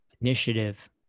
initiative